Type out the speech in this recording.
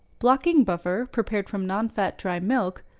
blocking buffer, prepared from nonfat dry milk,